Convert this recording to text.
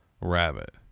rabbit